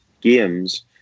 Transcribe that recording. games